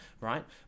right